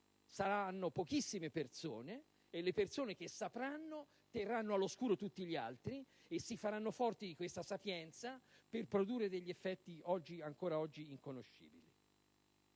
saranno pochissime persone, e le persone che sapranno terranno all'oscuro tutti gli altri, e si faranno forti di questa sapienza per produrre degli effetti ancora oggi inconoscibili.